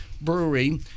Brewery